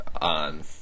on